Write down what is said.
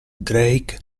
drake